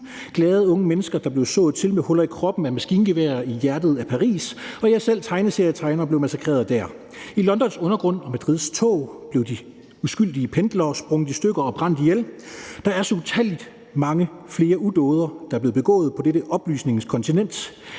glade unge mennesker, der blev sået til med huller i kroppen af maskingeværer i hjertet af Paris; og ja, selv tegneserietegnere blev massakreret der. I Londons undergrund og Madrids tog blev de uskyldige pendlere sprunget i stykker og brændt ihjel. Der er så utallig mange flere udåder, der er blevet begået på dette oplysningens kontinent,